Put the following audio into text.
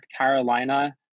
Carolina